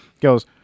goes